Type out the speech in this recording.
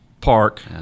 park